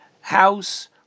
house